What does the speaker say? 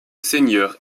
seigneur